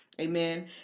amen